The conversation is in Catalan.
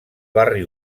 barri